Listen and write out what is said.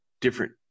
different